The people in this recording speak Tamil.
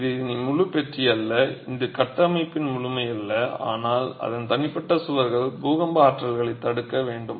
இது இனி முழு பெட்டி அல்ல இது கட்டமைப்பின் முழுமையல்ல ஆனால் அதன் தனிப்பட்ட சுவர்கள் பூகம்ப ஆற்றல்களைத் தடுக்க வேண்டும்